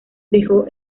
dejó